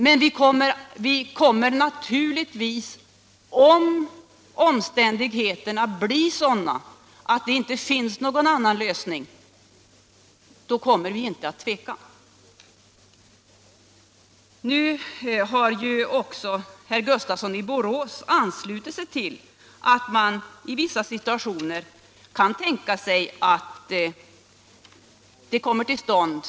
Men om omständigheterna skulle bli sådana att det inte' finns någon annan lösning kommer vi naturligtvis inte att tveka att göra detta. Nu har också herr Gustafsson i Borås anslutit sig till tanken på att ett statligt ägarengagemang i vissa situationer kan komma till stånd.